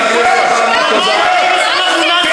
תתביישו לכם.